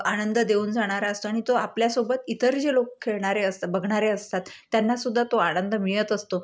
आनंद देऊन जाणार असतो आणि तो आपल्या सोबत इतर जे लोक खेळणारे असतात बघणारे असतात त्यांनासुद्धा तो आनंद मिळत असतो